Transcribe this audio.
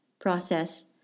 process